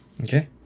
Okay